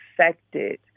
affected